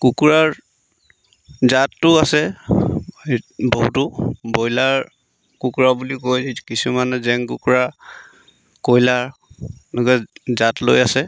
কুকুৰাৰ জাতো আছে বহুতো ব্ৰইলাৰ কুকুৰা বুলি কয় কিছুমানে জেং কুকুৰা কয়লাৰ এনেকৈ জাত লৈ আছে